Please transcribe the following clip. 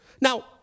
now